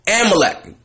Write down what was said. Amalek